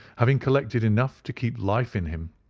having collected enough to keep life in him,